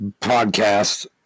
podcast